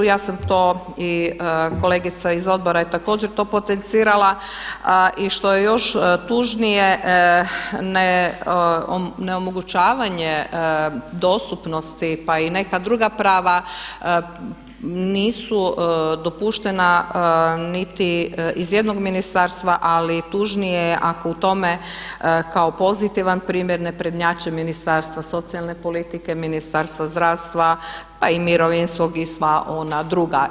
Ja sam to i kolegica iz odbora je to također potencirala i što je još tužnije ne omogućavanje dostupnosti pa i neka druga prava nisu dopuštena niti iz jednog ministarstva ali tužnije je ako u tome kao pozitivan primjer ne prednjače Ministarstvo socijalne politike, Ministarstvo zdravstva pa i Mirovinskog i sva ona druga.